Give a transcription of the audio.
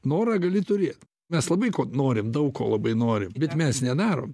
norą gali turėt mes labai ko norim daug ko labai nori bet mes nedarom